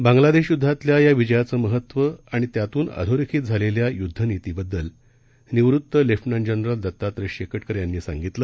बांगलादेशयुद्धातल्यायाविजयाचंमहत्वआणित्यातूनअधोरेखितझालेल्यायुद्धनीती बद्दलनिवृत्त लेफ्टनंटजनरलदत्तात्रयशेकटकरयांनीसांगितलं